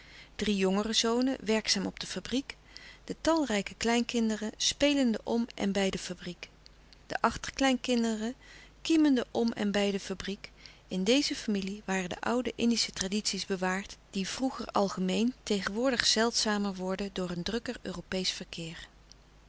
drie jongere zonen werkzaam op de fabriek de talrijke kleinkinderen spelende om en bij de fabriek de achterkleinkinderen kiemende om en bij de fabriek in deze familie waren de oude indische tradities bewaard die louis couperus de stille kracht vroeger algemeen tegenwoordig zeldzamer wor den door een drukker europeesch verkeer